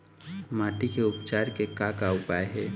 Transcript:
माटी के उपचार के का का उपाय हे?